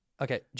Okay